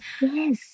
Yes